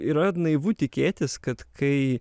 yra naivu tikėtis kad kai